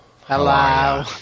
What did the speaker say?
Hello